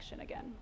again